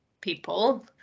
people